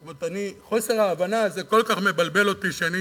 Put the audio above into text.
זאת אומרת, חוסר ההבנה הזה כל כך מבלבל שאני